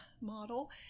model